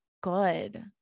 good